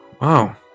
wow